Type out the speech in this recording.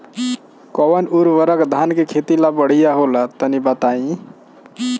कौन उर्वरक धान के खेती ला बढ़िया होला तनी बताई?